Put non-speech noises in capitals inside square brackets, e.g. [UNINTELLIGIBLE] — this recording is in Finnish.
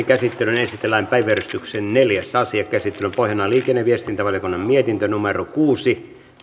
[UNINTELLIGIBLE] käsittelyyn esitellään päiväjärjestyksen neljäs asia käsittelyn pohjana on liikenne ja viestintävaliokunnan mietintö kuusi